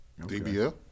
Dbl